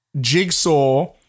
Jigsaw